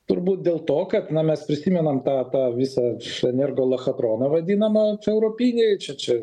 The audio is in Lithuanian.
turbūt dėl to kad na mes prisimenam tą tą visą šanergolochakroną vadinamą europinį čia čia